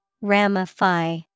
Ramify